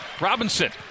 Robinson